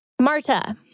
Marta